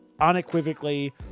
Unequivocally